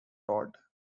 tod